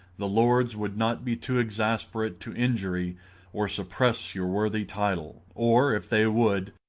the lords would not be too exasperate to injury or suppress your worthy title or, if they would,